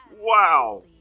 Wow